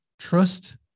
Trust